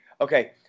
Okay